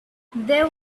there